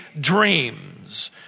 dreams